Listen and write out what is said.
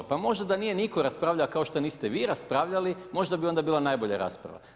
Možda da nije nitko raspravljao kao što niste vi raspravljali možda bi onda bila najbolja rasprava.